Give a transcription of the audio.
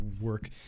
work